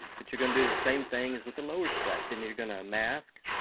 but you're gonna do the same thing as with the lower stripe. then you're gonna mask,